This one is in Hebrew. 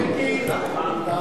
בבקשה.